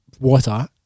water